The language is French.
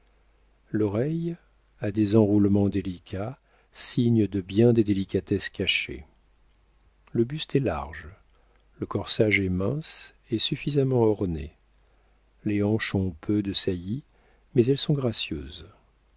l'oreille a des enroulements délicats signe de bien des délicatesses cachées le buste est large le corsage est mince et suffisamment orné les hanches ont peu de saillie mais elles sont gracieuses